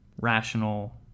rational